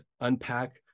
unpack